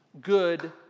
good